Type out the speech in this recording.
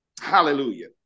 Hallelujah